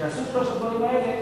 כשעשו את שלושת הדברים האלה,